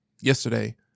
yesterday